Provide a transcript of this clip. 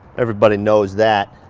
everybody knows that.